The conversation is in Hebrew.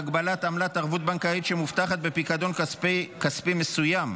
הגבלת עמלת ערבות בנקאית שמובטחת בפיקדון כספי מסוים),